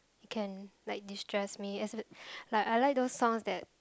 it can like distress me like I like those songs that